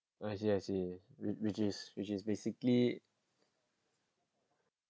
I see I see which is which is basically